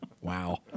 Wow